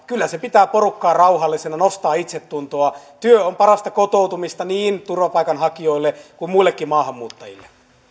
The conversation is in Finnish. kyllä se pitää porukkaa rauhallisena nostaa itsetuntoa työ on parasta kotoutumista niin turvapaikanhakijoille kuin muillekin maahanmuuttajille